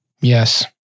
Yes